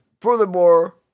furthermore